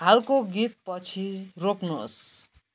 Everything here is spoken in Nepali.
हालको गीतपछि रोक्नुहोस्